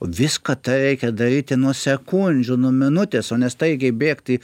viską tai reikia daryti nuo sekundžių nuo minutės o ne staigiai bėgti į